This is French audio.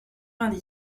vingt